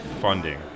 funding